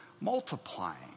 multiplying